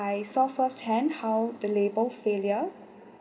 I saw first hand how the label failure